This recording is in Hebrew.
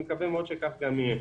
אני מקווה מאוד שכך גם יהיה.